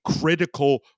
critical